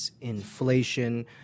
inflation